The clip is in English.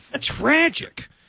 tragic